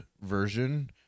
version